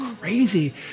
crazy